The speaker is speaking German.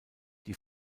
die